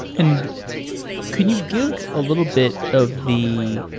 and can you give a little bit of the